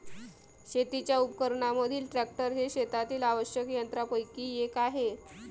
शेतीच्या उपकरणांमधील ट्रॅक्टर हे शेतातील आवश्यक यंत्रांपैकी एक आहे